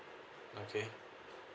okay